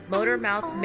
Motormouth